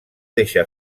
deixa